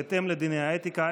בהתאם לדיני האתיקה,